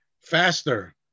Faster